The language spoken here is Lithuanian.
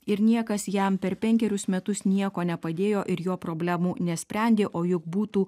ir niekas jam per penkerius metus nieko nepadėjo ir jo problemų nesprendė o juk būtų